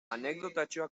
anekdotatxoa